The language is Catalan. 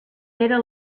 era